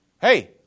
hey